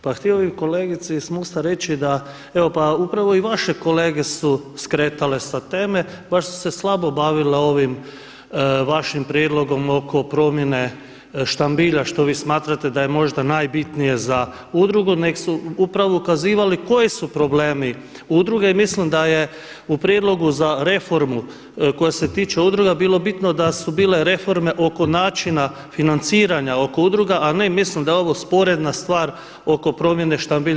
Pa htio bih kolegici iz MOST-a reći da evo pa upravo i vaše kolege su skretale sa teme, baš su se slabo bavile ovim vašim prijedlogom oko promjene štambilja, što vi smatrate da je možda najbitnije za udrugu, nego su upravo ukazivali koji su problemi udruge i mislim da je u prijedlogu za reformu koje se tiču udruga bilo bitno da su bile reforme oko načina financiranja oko udruga, a ne mislim da je ovo sporedna stvar oko promjene štambilja.